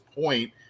point